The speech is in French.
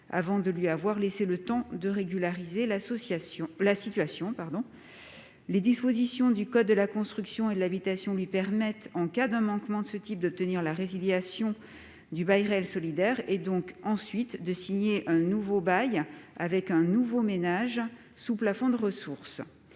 avant de lui avoir laissé le temps de régulariser la situation. Les dispositions du code de la construction et de l'habitation lui permettent, en cas de manquement de ce type, d'obtenir la résiliation du bail réel solidaire et de signer ensuite un autre BRS avec un nouveau ménage sous plafond de ressources.